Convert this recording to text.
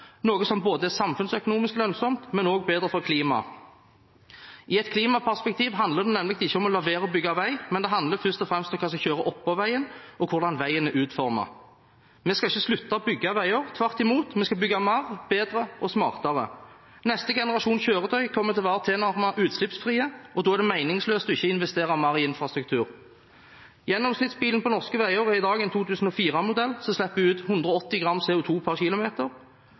noe som både er samfunnsøkonomisk lønnsomt og også bedre for klimaet. I et klimaperspektiv handler det nemlig ikke om å la være å bygge vei, det handler først og fremst om hva som kjører oppå veien, og om hvordan veien er utformet. Vi skal ikke slutte å bygge veier. Tvert imot – vi skal bygge mer, bedre og smartere. Neste generasjon kjøretøy kommer til å være tilnærmet utslippsfri, og da er det meningsløst ikke å investere mer i infrastruktur. Gjennomsnittsbilen på norske veier er i dag en 2004-modell, som slipper ut 180 gram CO2 per km.